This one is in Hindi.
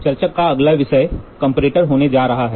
चर्चा का अगला विषय कंपैरेटर होने जा रहा है